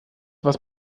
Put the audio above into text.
was